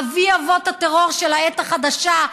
אבי-אבות הטרור של העת החדשה,